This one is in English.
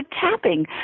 tapping